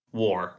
war